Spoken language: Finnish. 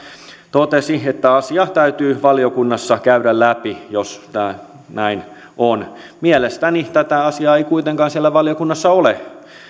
totesi että asia täytyy valiokunnassa käydä läpi jos tämä näin on mielestäni tätä asiaa ei kuitenkaan siellä valiokunnassa ole